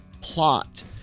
plot